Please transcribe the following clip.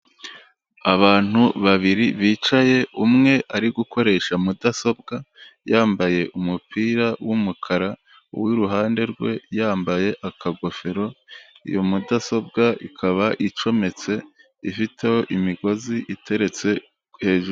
Abantu babiri bicaye umwe ari gukoresha mudasobwa yambaye umupira wumukara wiruhande rwe yambaye akagofero iyo mudasobwa ikaba icometse ifite imigozi iteretse hejuru .